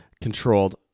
controlled